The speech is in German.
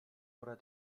oder